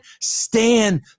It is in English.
stand